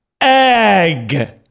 Egg